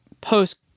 post